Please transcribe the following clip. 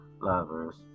lovers